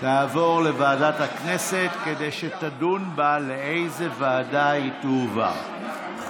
תעבור לוועדת הכנסת כדי שתדון לאיזו ועדה היא תועבר.